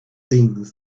things